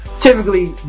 typically